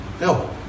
No